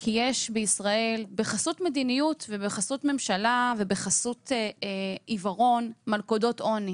כי יש בישראל בחסות מדיניות ובחסות ממשלה ובחסות עיוורון מלכודות עוני